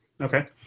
okay